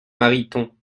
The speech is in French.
mariton